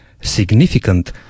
significant